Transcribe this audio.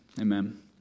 amen